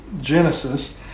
Genesis